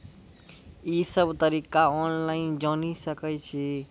ई सब तरीका ऑनलाइन जानि सकैत छी?